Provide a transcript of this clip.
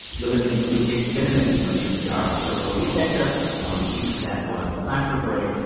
you're listening to it's been a minute from npr, the show where we catch up on the week that was. time for a break.